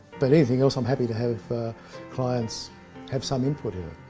but anything else i'm happy to have clients have some input in it.